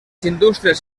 industrias